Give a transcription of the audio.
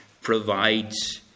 provides